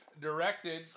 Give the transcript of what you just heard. directed